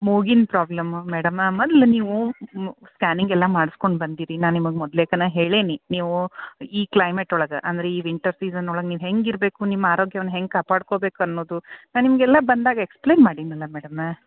ಮೂಗಿಂದು problem madam ಮೊದ್ಲ ನೀವು scanning ಎಲ್ಲ ಮಾಡ್ಸ್ಕೊಂಡು ಬಂದಿರಿ ನಾನು ನಿಮ್ಗೆ ಮೊದಲೇಕನ ಹೇಳೇನಿ ನೀವು ಈ ಕ್ಲೈಮೇಟ್ ಒಳಗೆ ಅಂದ್ರೆ ಈ ವಿಂಟರ್ ಸೀಜನ್ ಒಳಗೆ ನೀವು ಹೆಂಗೆ ಇರಬೇಕು ನಿಮ್ಮ ಆರೋಗ್ಯವನ್ನ ಹೆಂಗೆ ಕಾಪಾಡ್ಕೋಬೇಕು ಅನ್ನೋದು ನಾನು ನಿಮ್ಗೆ ಎಲ್ಲ ಬಂದಾಗ ಎಕ್ಸ್ಪ್ಲೇನ್ ಮಾಡೀನಲ್ಲ ಮೇಡಮ